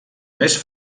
més